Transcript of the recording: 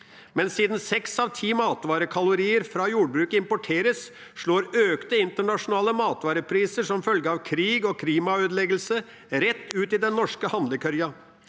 Men siden seks av ti matvarekalorier fra jordbruket importeres, slår økte internasjonale matvarepriser, som følge av krig og klimaødeleggelser, rett ut i den norske handlekurven.